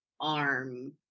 arm